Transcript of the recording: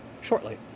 shortly